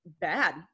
bad